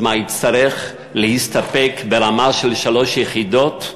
אז מה, יצטרך להסתפק ברמה של שלוש יחידות?